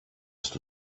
στο